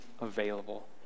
available